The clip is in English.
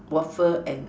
waffle and